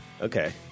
okay